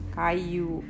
kayu